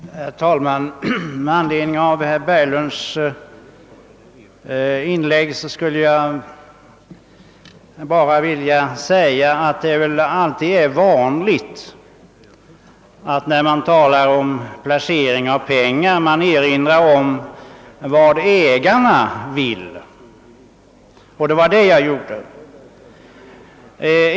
Herr talman! Med anledning av herr Berglunds inlägg skulle jag bara vilja säga att det väl alltid är vanligt, när man talar om placering av pengar, att man erinrar om vad ägarna vill. Det var det jag gjorde.